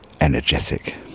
Energetic